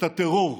את הטרור.